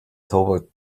toward